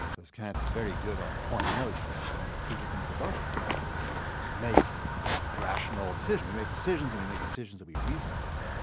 kant is very good on pointing out that one of the crucial things about us is that we make rational decisions, we make decisions and we make decisions that we reason about.